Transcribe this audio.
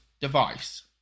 device